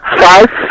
five